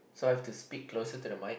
so I have to speak closer to the mike